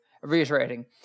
reiterating